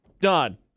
done